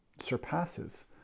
surpasses